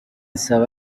isaba